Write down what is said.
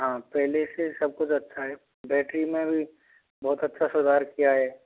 हाँ पहले से सब कुछ अच्छा है बैटरी में भी बहुत अच्छा सुधार किया है